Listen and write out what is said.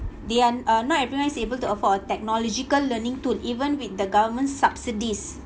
they are uh not everyone is able to afford a technological learning tool even with the government subsidies